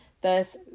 Thus